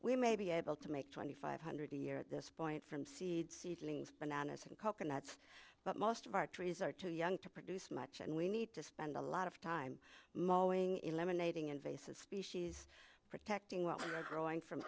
we may be able to make twenty five hundred a year at this point from seed seedlings bananas and coconuts but most of our trees are too young to produce much and we need to spend a lot of time mauling eliminating invasive species protecting well for growing from